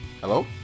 Hello